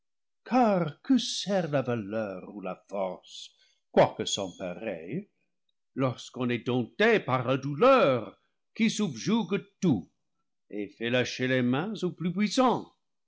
la valeur ou la force quoique sans pareilles lorsqu'on est dompté par la douleur qui subjugue tout et fait lâcher les mains aux plus puissants